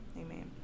Amen